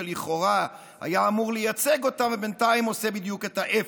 שלכאורה הוא היה אמור לייצג אותם ובינתיים עושה בדיוק את ההפך.